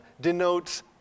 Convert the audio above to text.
denotes